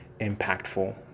impactful